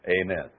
Amen